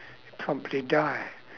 promptly die